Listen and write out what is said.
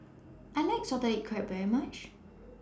I like Salted Egg Crab very much